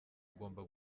agomba